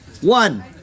One